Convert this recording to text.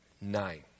nine